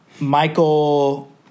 Michael